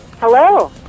Hello